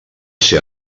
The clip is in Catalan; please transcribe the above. ser